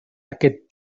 aquest